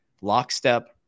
lockstep